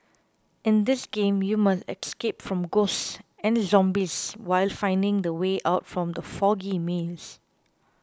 in this game you must escape from ghosts and zombies while finding the way out from the foggy maze